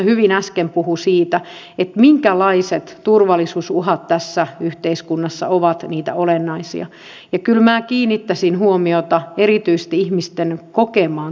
kun he tietävät olevansa virheettömiä he heittivät tässä stubbin tapauksessa ensimmäisen kiven ja haluavat heittää myös viimeisen kiven